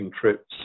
trips